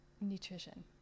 nutrition